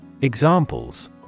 Examples